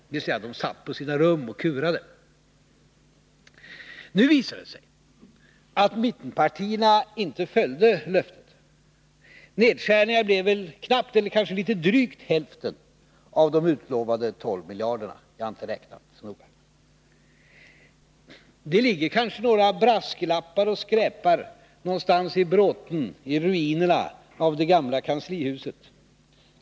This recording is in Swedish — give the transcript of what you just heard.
Nu visar det sig att mittenpartierna inte uppfyllde löftet. Nedskärningarna blev knappt, eller kanske litet drygt, hälften av de utlovade 12 miljarderna — jag har inte räknat så noga. Det ligger kanske några brasklappar och skräpar någonstans i bråten i ruinerna av det gamla kanslihuset.